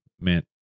meant